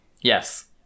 Yes